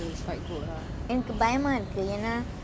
okay lah எந்த:entha school lah வேல செய்றது:vela seyrathu is quite good uh